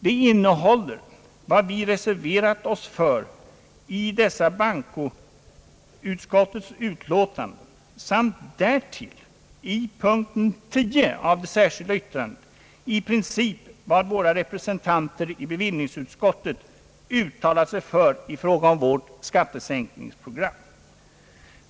De innehåller våra reservationer till dessa bankoutskottets utlåtanden samt därtill, i punkten 10 av det särskilda yttrandet, vad våra representanter i bevillningsutskottet uttalat sig för i fråga om vårt skattesänkningsprogram.